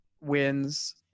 wins –